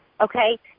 Okay